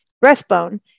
breastbone